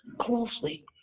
closely